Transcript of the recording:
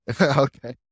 Okay